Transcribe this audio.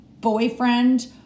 boyfriend